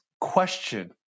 question